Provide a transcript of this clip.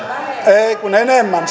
ei kun enemmän